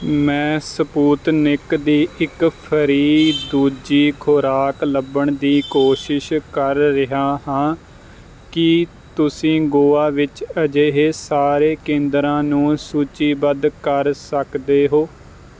ਮੈਂ ਸਪੁਟਨਿਕ ਦੀ ਇੱਕ ਫ੍ਰੀ ਦੂਜੀ ਖੁਰਾਕ ਲੱਭਣ ਦੀ ਕੋਸ਼ਿਸ਼ ਕਰ ਰਿਹਾ ਹਾਂ ਕੀ ਤੁਸੀਂ ਗੋਆ ਵਿੱਚ ਅਜਿਹੇ ਸਾਰੇ ਕੇਂਦਰਾਂ ਨੂੰ ਸੂਚੀਬੱਧ ਕਰ ਸਕਦੇ ਹੋ